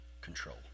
control